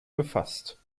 befasst